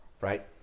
Right